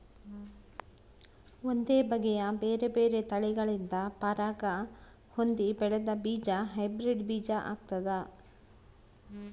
ಒಂದೇ ಬಗೆಯ ಬೇರೆ ಬೇರೆ ತಳಿಗಳಿಂದ ಪರಾಗ ಹೊಂದಿ ಬೆಳೆದ ಬೀಜ ಹೈಬ್ರಿಡ್ ಬೀಜ ಆಗ್ತಾದ